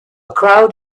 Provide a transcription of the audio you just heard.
crowd